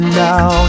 now